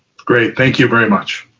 great, thank you very much.